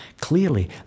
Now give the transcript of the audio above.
Clearly